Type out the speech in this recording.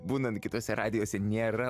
būnant kitose radijose nėra